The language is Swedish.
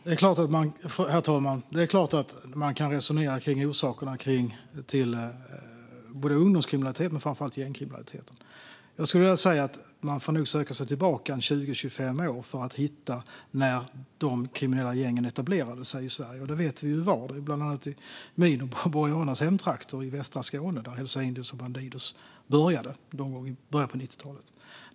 Herr talman! Det är klart man kan resonera kring orsakerna till både ungdomskriminalitet och framför allt gängkriminalitet. Man får nog söka sig 20-25 år tillbaka för att hitta när de kriminella gängen etablerade sig i Sverige. Vi vet ju att det var bland annat i mina och Borianas hemtrakter i västra Skåne som Hells Angels och Bandidos började någon gång i början av 90-talet.